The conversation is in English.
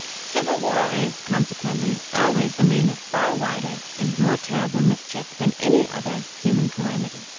civil war is, consequently, always the means of far wider and more terrible mischief than any other human calamity.